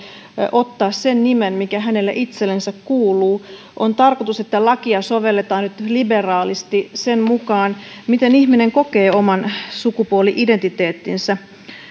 ottaa sen nimen mikä hänelle itsellensä kuuluu on tarkoitus että lakia sovelletaan nyt liberaalisti sen mukaan miten ihminen kokee oman sukupuoli identiteettinsä